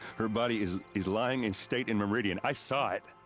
her body is. is lying in state in meridian. i saw it!